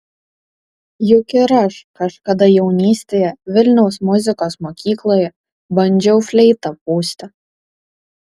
juk ir aš kažkada jaunystėje vilniaus muzikos mokykloje bandžiau fleitą pūsti